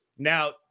Now